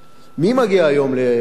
מי מגיע היום לים-המלח?